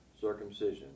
circumcision